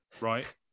right